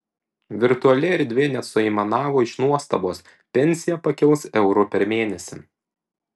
virtuali erdvė net suaimanavo iš nuostabos pensija pakils euru per mėnesį